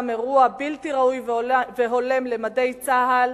מידע על אירוע בלתי ראוי והולם למדי צה"ל,